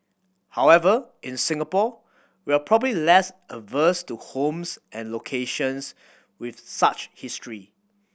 however in Singapore we are probably less averse to homes and locations with such history